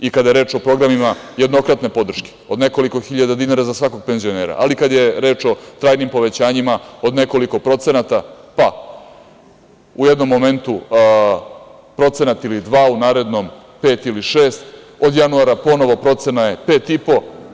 I kada je reč o programima jednokratne podrške od nekoliko hiljada dinara za svakog penzionera, ali i kad je reč o trajnim povećanjima od nekoliko procenata, pa, u jednom momentu procenat ili dva, u narednom pet ili šest, od januara ponovo procena je pet i po.